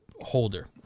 holder